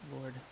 Lord